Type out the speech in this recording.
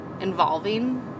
Involving